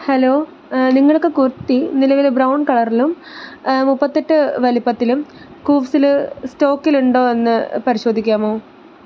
hello നിങ്ങൾക്ക് കുർത്തി നിലവിൽ brown കളറിലും മുപ്പത്തെട്ട് വലുപ്പത്തിലും കൂവ്സിൽ സ്റ്റോക്കിൽ ഉണ്ടോ എന്ന് പരിശോധിക്കാമോ